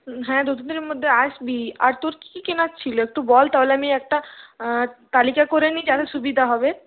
হ্যাঁ দু তিন দিনের মধ্যে আসবি আর তোর কি কি কেনার ছিল একটু বল তাহলে আমি একটা তালিকা করে নিই যাতে সুবিধা হবে